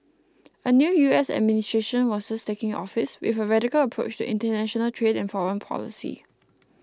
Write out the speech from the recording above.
a new U S administration was just taking office with a radical approach to international trade and foreign policy